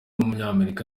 w’umunyamerika